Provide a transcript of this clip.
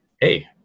Hey